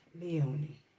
Leonie